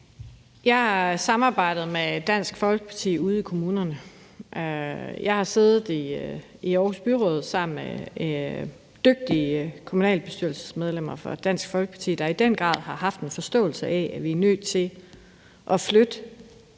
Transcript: Jeg har samarbejdet med Dansk Folkeparti ude i kommunerne. Jeg har siddet i Aarhus Byråd sammen med dygtige kommunalbestyrelsesmedlemmer fra Dansk Folkeparti, der i den grad har haft en forståelse af, at vi er nødt til at flytte